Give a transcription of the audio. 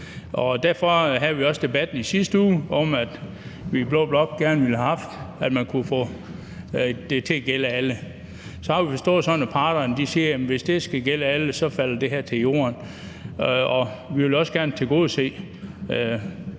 Derfor havde vi også debatten i sidste uge. I blå blok ville vi gerne have haft, at man kunne få det til at gælde alle. Så har vi forstået det sådan, at parterne siger, at hvis det skal gælde alle, så falder det til jorden. Vi vil også gerne tilgodese